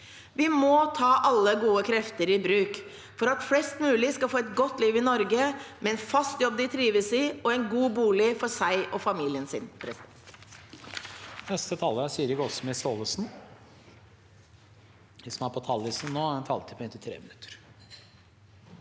Vi må ta alle gode krefter i bruk for at flest mulig skal få et godt liv i Norge, med en fast jobb de trives i, og en god bolig for seg og familien sin.